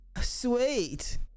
Sweet